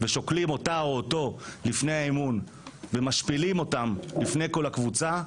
ושוקלים אותו או אותו לפני האימון ומשפילים אותם לפני כל הקבוצה,